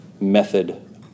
method